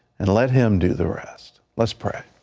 and let him do the rest, let's pray.